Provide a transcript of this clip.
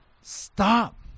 Stop